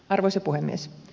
arvoisa puhemies